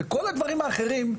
וכל הדברים האחרים,